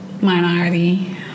minority